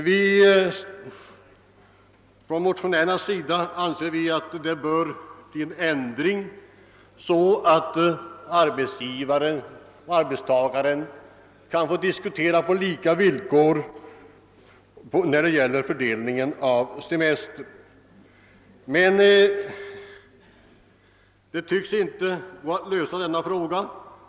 Vi motionärer anser att det bör bli en ändring så att arbetsgivaren och arbetstagarna på lika villkor får diskutera en fördelning av semestern. Det tycks emellertid inte vara möjligt att lösa denna fråga.